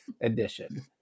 edition